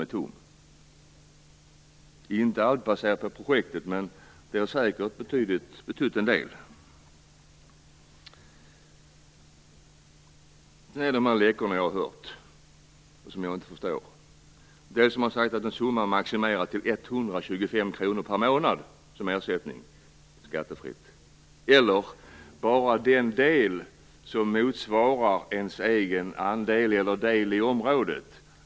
Detta beror inte bara på projektet, men det har säkert betytt en del. Det har läckt ut uppgifter som jag inte förstår. Man har sagt att en ersättning - maximerad till 125 kr per månad - skall vara skattefri eller bara den del som motsvarar ens egen andel eller del i området.